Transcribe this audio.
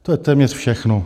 To je téměř všechno.